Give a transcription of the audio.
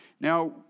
Now